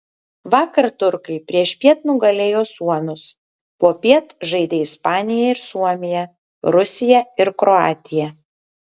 vakar turkai priešpiet nugalėjo suomius popiet žaidė ispanija ir suomija rusija ir kroatija